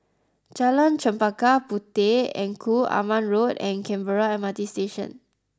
Jalan Chempaka Puteh Engku Aman Road and Canberra M R T Station